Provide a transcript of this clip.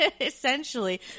Essentially